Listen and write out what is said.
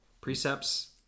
Precepts